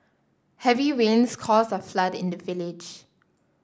heavy rains caused a flood in the village